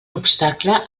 obstacle